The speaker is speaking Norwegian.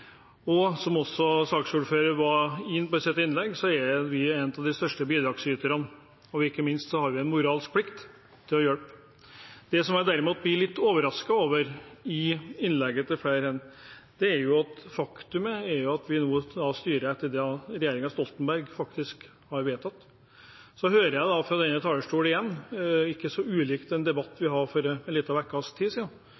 ansvar. Som også saksordføreren var inne på i sitt innlegg, er vi en av de største bidragsyterne, og ikke minst har vi en moralsk plikt til å hjelpe. Jeg blir derimot litt overrasket over innleggene til flere her, for faktum er jo at vi nå styrer etter det som regjeringen Stoltenberg har vedtatt. Så hører jeg fra denne talerstolen igjen – ikke så ulikt en debatt